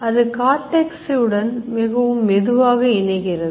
அது cortex உடன் மிகவும் மெதுவாக இணைகிறது